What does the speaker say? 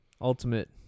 ultimate